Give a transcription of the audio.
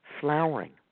flowering